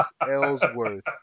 Ellsworth